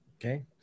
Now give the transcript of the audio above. Okay